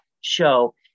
show